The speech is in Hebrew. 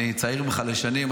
אני צעיר ממך בשנים,